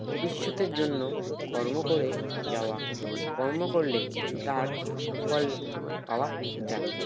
ভবিষ্যতের জন্য কর্ম করে যাওয়া কর্ম করলে তার ফল পাওয়া যাবে